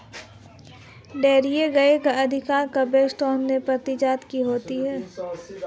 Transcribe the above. dairy गायें अधिकांश Bos taurus प्रजाति की होती हैं